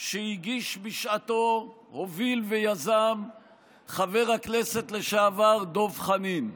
שהגיש בשעתו, הוביל ויזם חבר הכנסת לשעבר דב חנין.